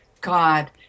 god